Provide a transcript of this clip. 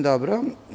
Dobro.